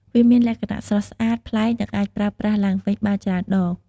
វាមានលក្ខណៈស្រស់ស្អាត ប្លែក និងអាចប្រើប្រាស់ឡើងវិញបានច្រើនដង។